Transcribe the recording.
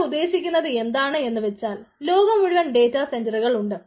ഇവിടെ ഉദ്ദേശിക്കുന്നത് എന്താണെന്നു വച്ചാൽ ലോകം മുഴുവൻ ഡേറ്റ സെൻസറുകൾ ഉണ്ട്